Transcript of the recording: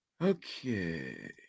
Okay